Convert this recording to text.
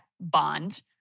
bond